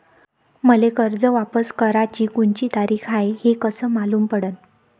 मले कर्ज वापस कराची कोनची तारीख हाय हे कस मालूम पडनं?